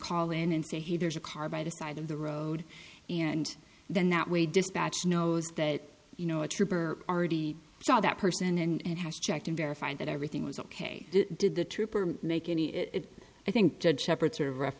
call in and say hey there's a car by the side of the road and then that way dispatch knows that you know a trooper already saw that person and has checked and verified that everything was ok did the trooper make any i think judge shepherd sort of rough